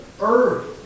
earth